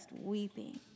weeping